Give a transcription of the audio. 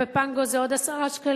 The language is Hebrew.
וב"פנגו" זה עוד 10 שקלים,